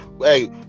hey